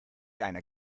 einer